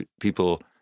people